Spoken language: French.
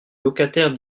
locataires